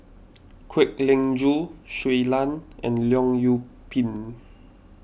Kwek Leng Joo Shui Lan and Leong Yoon Pin